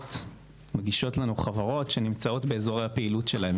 חממות מגישות לנו חברות שנמצאות באזור הפעילות שלהם,